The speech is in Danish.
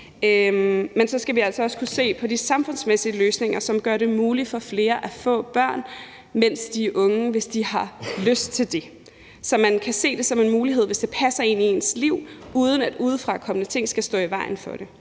Men så skal vi altså også kunne se på de samfundsmæssige løsninger, som gør det muligt for flere at få børn, mens de er unge, hvis de har lyst til det – så man kan se det som en mulighed, hvis det passer ind i ens liv, uden at udefrakommende ting skal stå i vejen for det.